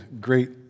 great